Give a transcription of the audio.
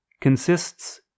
consists